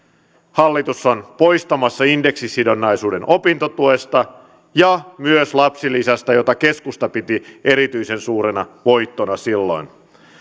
hallitus on poistamassa indeksisidonnaisuuden opintotuesta ja myös lapsilisästä jota keskusta piti erityisen suurena voittona silloin